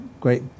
great